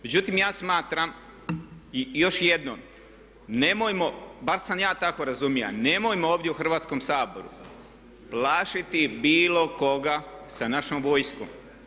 Međutim, ja smatram i još jednom, nemojmo, barem sam ja to razumio, nemojmo ovdje u Hrvatskom saboru plašiti bilo koga sa našom vojskom.